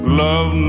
love